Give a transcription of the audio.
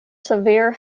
severe